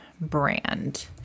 brand